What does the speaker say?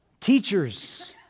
Teachers